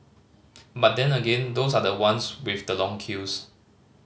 but then again those are the ones with the long queues